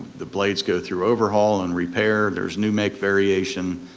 the blades go through overhaul and repair, there's new make variation,